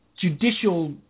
judicial –